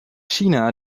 china